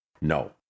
No